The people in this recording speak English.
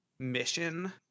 mission